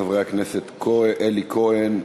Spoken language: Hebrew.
חברי הכנסת אלי כהן,